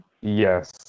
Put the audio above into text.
Yes